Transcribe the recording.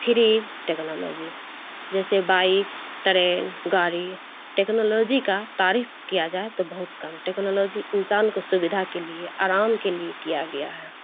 fridge technology جیسے bike train گاڑی technology کا تعریف کیا جائے تو بہت کم ٹیکنالوجی انسان کو سویدھا کے لیے آرام کے لیے کیا گیا ہے